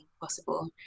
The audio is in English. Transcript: possible